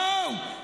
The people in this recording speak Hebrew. וואו,